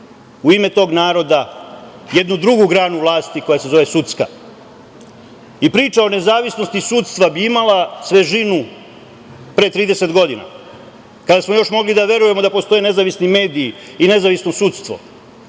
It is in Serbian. u ime tog naroda jednu drugu granu vlasti koja se zove sudska. Priča o nezavisnosti sudstva bi imala svežinu pre 30 godina, kada smo još mogli da verujemo da postoje nezavisni mediji i nezavisno sudstvo.